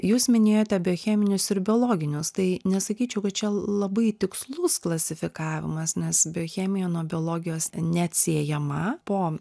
jūs minėjote biocheminius ir biologinius tai nesakyčiau kad čia labai tikslus klasifikavimas nes biochemija nuo biologijos neatsiejama po